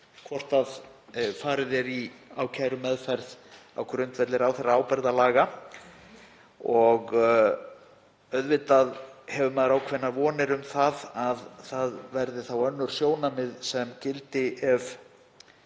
hvort farið er í ákærumeðferð á grundvelli ráðherraábyrgðarlaga og auðvitað hefur maður ákveðnar vonir um að það verði þá önnur sjónarmið sem gildi ef